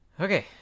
Okay